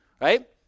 Right